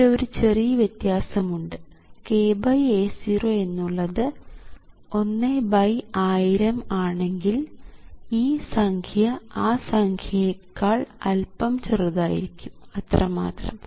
ഇവിടെ ഒരു ചെറിയ വ്യത്യാസം ഉണ്ട് kA0 എന്നുള്ളത് 11000 ആണെങ്കിൽ ഈ സംഖ്യ ആ സംഖ്യയെക്കാൾ അൽപ്പം ചെറുതായിരിക്കും അത്രമാത്രം